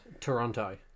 Toronto